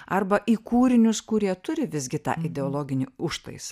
arba į kūrinius kurie turi visgi tą ideologinį užtaisą